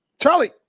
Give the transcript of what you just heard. Charlie